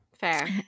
Fair